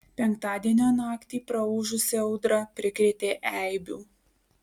penktadienio naktį praūžusi audra prikrėtė eibių